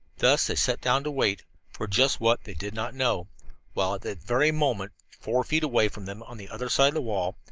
thus they sat down to wait for just what, they did not know while at that very moment, four feet away from them on the other side of the wall,